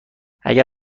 اگر